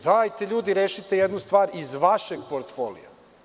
Dajte ljudi rešite jednu stvar iz vašeg portfolija.